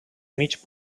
mig